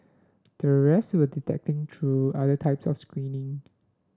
the rest were detected through other types of screening